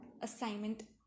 Assignment